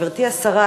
גברתי השרה,